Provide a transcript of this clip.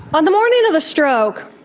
on the morning of the stroke,